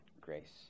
grace